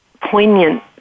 poignant